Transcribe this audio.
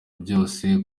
byose